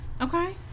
okay